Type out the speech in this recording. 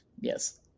Yes